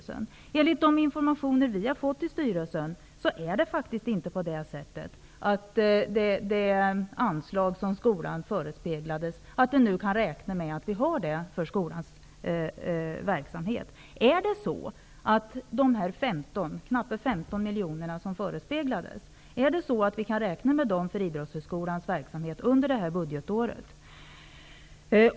Men enligt den information som vi i styrelsen har fått kan vi faktiskt inte räkna med att för skolans verksamhet få det anslag som skolan förespeglades. Är det så, att vi kan räkna med de knappt 15 miljoner som förespeglades oss för Idrottshögskolans verksamhet under det här budgetåret?